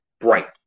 Bright